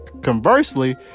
Conversely